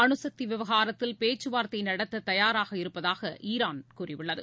அணுசக்தி விவகாரத்தில் பேச்சுவார்த்தை நடத்த தயாராக இருப்பதாக ஈரான் கூறியுள்ளது